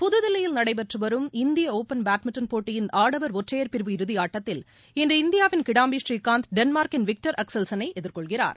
புதுதில்லியில் நடைபெறும் India Open badminton போட்டியின் ஆடவர் ஒற்றையர் பிரிவு இறுதிபாட்டத்தில் இன்று இந்தியாவின் கிடாம்பி ஸ்ரீகாந்த் டென்மார்க்கின் விக்டர் ஆக்சல்சென் ஐ எதிர்கொள்கிறார்